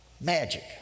magic